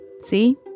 See